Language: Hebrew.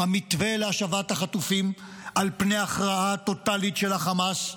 המתווה להשבת החטופים על פני ההכרעה הטוטלית של החמאס,